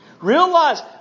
Realize